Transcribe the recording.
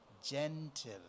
Gentle